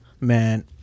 Man